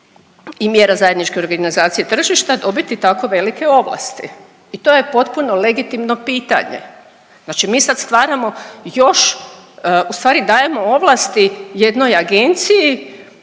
i mjera zajedničke organizacije tržišta dobiti tako velike ovlasti i to je potpuno legitimno pitanje. Znači mi sad stvaramo još u stvari dajemo ovlasti jednoj agenciji